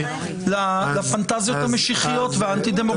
לפנטזיות המשיחיות והאנטי דמוקרטיות.